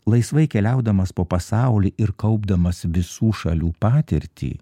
laisvai keliaudamas po pasaulį ir kaupdamas visų šalių patirtį